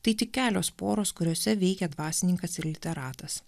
tai tik kelios poros kuriose veikia dvasininkas ir literatas